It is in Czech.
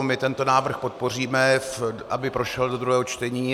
My tento návrh podpoříme, aby prošel do druhého čtení.